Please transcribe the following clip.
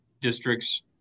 districts